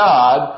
God